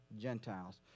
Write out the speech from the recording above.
Gentiles